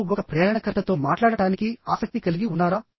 మీరు ఒక ప్రేరణకర్తతో మాట్లాడటానికి ఆసక్తి కలిగి ఉన్నారా